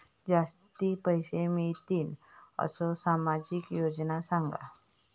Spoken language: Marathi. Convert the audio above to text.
जास्ती पैशे मिळतील असो सामाजिक योजना सांगा?